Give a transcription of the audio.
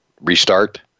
restart